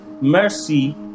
mercy